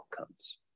outcomes